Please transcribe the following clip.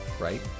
right